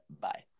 bye